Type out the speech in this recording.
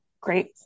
great